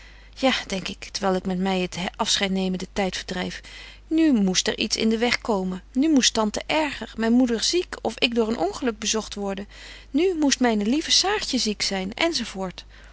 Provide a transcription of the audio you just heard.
ja denk ik terwyl ik my met het afscheidnemen den tyd verdryf nu moest er iets in den weg komen nu moest tante erger myne moeder ziek of ik door een ongeluk bezogt worden nu moest myne lieve saartje ziek zyn